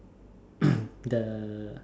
the